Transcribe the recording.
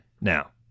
Now